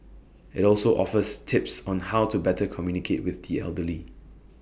IT also offers tips on how to better communicate with the elderly